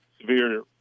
severe